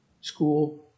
school